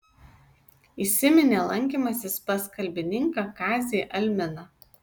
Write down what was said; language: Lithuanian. įsiminė lankymasis pas kalbininką kazį alminą